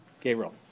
Gabriel